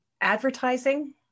advertising